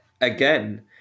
again